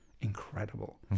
incredible